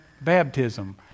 baptism